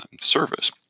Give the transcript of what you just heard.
service